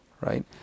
right